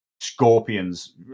scorpions